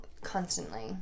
constantly